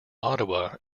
ottawa